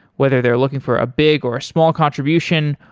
whether they're looking for a big or a small contribution,